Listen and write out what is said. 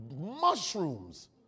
mushrooms